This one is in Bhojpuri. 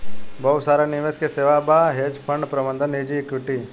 बहुत सारा निवेश के सेवा बा, हेज फंड प्रबंधन निजी इक्विटी